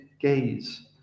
gaze